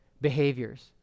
behaviors